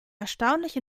erstaunlich